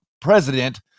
president